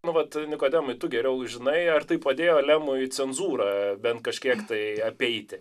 nuolat nikodemai tu geriau žinai ar tai padėjo lemui cenzūrą bent kažkiek tai apeiti